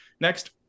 Next